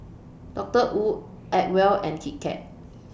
Doctor Wu Acwell and Kit Kat